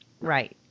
Right